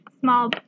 small